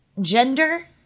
gender